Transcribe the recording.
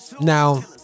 now